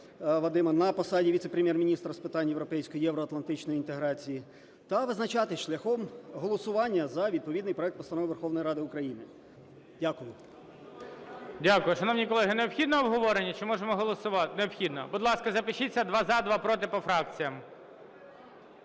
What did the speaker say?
Вадима на посаді Віце-прем'єр-міністра з питань європейської і євроатлантичної інтеграції та визначатись шляхом голосування за відповідний проект Постанови Верховної Ради України. Дякую. ГОЛОВУЮЧИЙ. Дякую. Шановні колеги, необхідно обговорення чи можемо голосувати? Необхідно. Будь ласка, запишіться: два – за, два – проти, по фракціям.